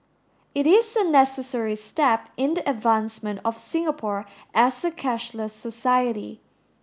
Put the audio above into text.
it is a necessary step in the advancement of Singapore as a cashless society